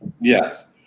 Yes